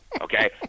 Okay